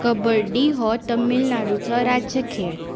कबड्डी हो तमिलनाडूचो राज्य खेळ